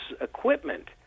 equipment